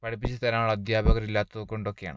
പഠിപ്പിച്ച് തരാനുള്ള അധ്യാപകരില്ലാത്തത് കൊണ്ടൊക്കെയാണ്